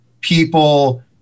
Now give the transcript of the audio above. people